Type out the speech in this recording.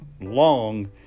long